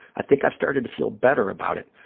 i think i've started to feel better about it,